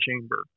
chamber